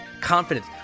confidence